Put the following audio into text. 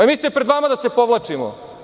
Mislite li pred vama da se povlačimo?